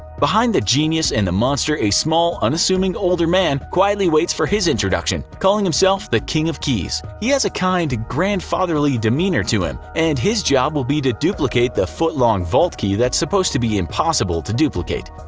behind the genius and the monster, a small, unassuming older man quietly waits for his introduction, calling himself the king of keys. he has a kind, grandfatherly demeanor to him, and his job will be to duplicate the foot-long vault key that's supposed to be impossible to duplicate.